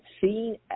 seeing